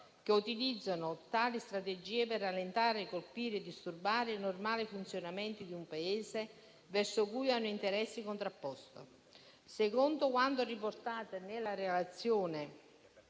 che utilizzano tali strategie per rallentare, colpire o disturbare il normale funzionamento di un Paese verso cui hanno un interesse contrapposto. Secondo quanto riportato nella relazione